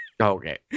Okay